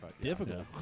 difficult